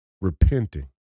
repenting